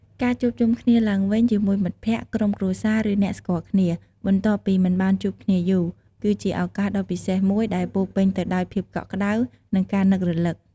ការជួបជុំគ្នាឡើងវិញជាមួយមិត្តភក្តិ ក្រុមគ្រួសារ ឬអ្នកស្គាល់គ្នា បន្ទាប់ពីមិនបានជួបគ្នាយូរ គឺជាឱកាសដ៏ពិសេសមួយដែលពោរពេញទៅដោយភាពកក់ក្តៅ និងការនឹករលឹក។